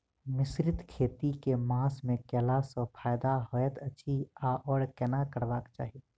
मिश्रित खेती केँ मास मे कैला सँ फायदा हएत अछि आओर केना करबाक चाहि?